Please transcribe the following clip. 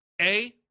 A-